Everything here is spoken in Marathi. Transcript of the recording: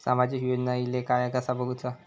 सामाजिक योजना इले काय कसा बघुचा?